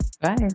Bye